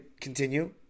continue